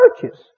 churches